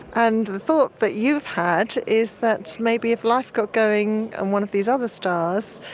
and the thought that you've had is that maybe if life got going on one of these other stars,